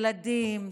ילדים,